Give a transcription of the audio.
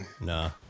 Nah